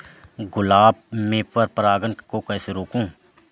गुलाब में पर परागन को कैसे रोकुं?